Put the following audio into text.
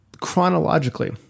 chronologically